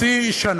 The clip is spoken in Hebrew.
לפני חצי שנה,